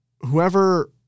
whoever